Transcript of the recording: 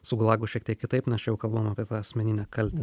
su gulagu šiek tiek kitaip nes čia jau kalbam apie tą asmeninę kaltę